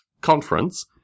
conference